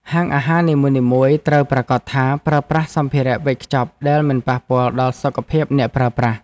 ហាងអាហារនីមួយៗត្រូវប្រាកដថាប្រើប្រាស់សម្ភារវេចខ្ចប់ដែលមិនប៉ះពាល់ដល់សុខភាពអ្នកប្រើប្រាស់។